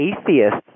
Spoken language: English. atheists